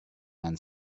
man